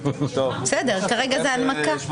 בסדר, כרגע זה הנמקה.